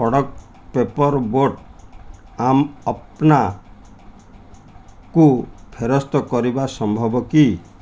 product paper boat ଆମ୍ ପନ୍ନାକୁ ଫେରସ୍ତ କରିବା ସମ୍ଭବ କି